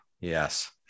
yes